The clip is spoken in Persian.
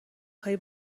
های